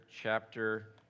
chapter